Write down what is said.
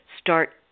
start